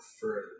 further